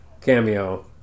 cameo